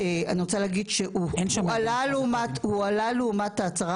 הובא לדיון נושא